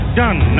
done